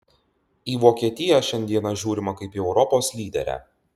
į vokietiją šiandieną žiūrima kaip į europos lyderę